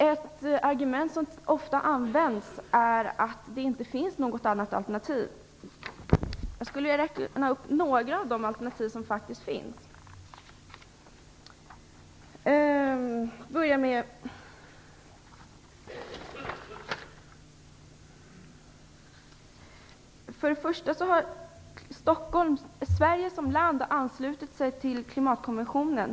Ett argument som ofta används är att det inte finns något annat alternativ. Jag vill räkna upp några av de alternativ som faktiskt finns. För det första har Sverige som land anslutit sig till Klimatkonventionen.